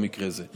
במקרה זה.